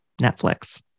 Netflix